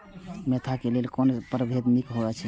Mentha क लेल कोन परभेद निक होयत अछि?